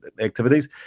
activities